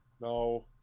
No